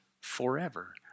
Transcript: forever